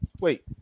Wait